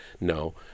No